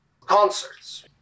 concerts